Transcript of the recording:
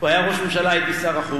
הוא היה ראש ממשלה, הייתי שר החוץ.